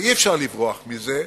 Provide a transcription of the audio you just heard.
ואי-אפשר לברוח מזה,